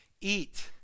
Eat